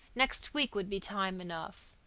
next week would be time enough.